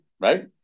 right